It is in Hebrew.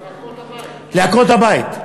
לעקרות-הבית.